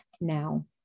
now